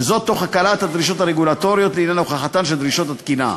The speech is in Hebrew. וזאת תוך הקלת הדרישות הרגולטוריות לעניין הוכחתן של דרישות התקינה.